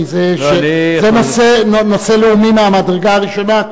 כי זה נושא לאומי מהמדרגה הראשונה,